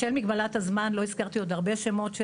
בשל מגבלת הזמן לא הזכרתי עוד הרבה שמות של